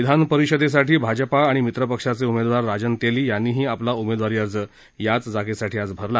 विधान परिषदेसाठी भाजपा आणि मित्र पक्षाचे उमेदवार राजन तेली यांनीही आपला उमेदवारी अर्ज याच जागेसाठी आज भरला